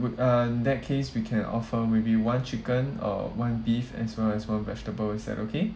would uh in that case we can offer with you one chicken or one beef as well as one vegetable is that okay